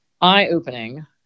eye-opening